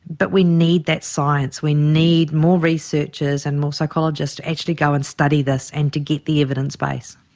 but we need that science, we need more researchers and more psychologists to actually go and study this and to get the evidence base.